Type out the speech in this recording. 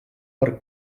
per